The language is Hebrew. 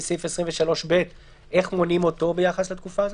סעיף 23(ב) - איך מונים אותו ביחס לתקופה הזו?